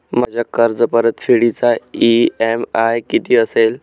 माझ्या कर्जपरतफेडीचा इ.एम.आय किती असेल?